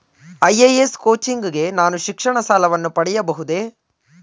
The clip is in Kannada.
ಐ.ಎ.ಎಸ್ ಕೋಚಿಂಗ್ ಗೆ ನಾನು ಶಿಕ್ಷಣ ಸಾಲವನ್ನು ಪಡೆಯಬಹುದೇ?